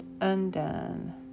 undone